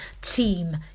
team